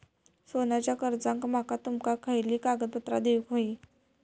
सोन्याच्या कर्जाक माका तुमका खयली कागदपत्रा देऊक व्हयी?